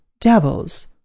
devils